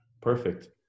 perfect